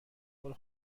برو